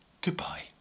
Goodbye